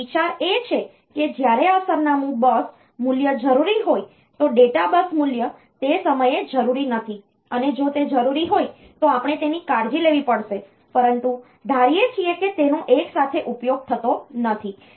તેથી વિચાર એ છે કે જ્યારે આ સરનામું બસ મૂલ્ય જરૂરી હોય તો ડેટા બસ મૂલ્ય તે સમયે જરૂરી નથી અને જો તે જરૂરી હોય તો આપણે તેની કાળજી લેવી પડશે પરંતુ ધારીએ છીએ કે તેનો એક સાથે ઉપયોગ થતો નથી